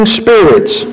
spirits